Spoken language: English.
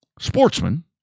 Sportsman